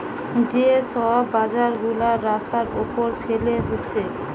যে সব বাজার গুলা রাস্তার উপর ফেলে হচ্ছে